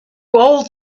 old